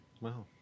Wow